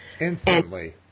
instantly